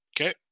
Okay